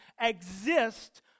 exist